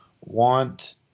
want